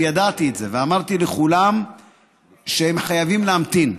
ידעתי את זה ואמרתי לכולם שהם חייבים להמתין.